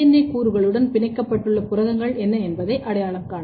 ஏ கூறுகளுடன் பிணைக்கப்பட்டுள்ள புரதங்கள் என்ன என்பதை அடையாளம் காணவும்